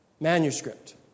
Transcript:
manuscript